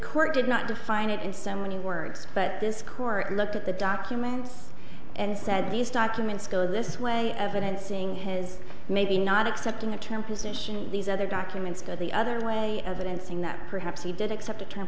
court did not define it in so many words but this court looked at the documents and said these documents go this way evidencing his maybe not accepting the term position these other documents go the other way evidencing that perhaps he did accept inter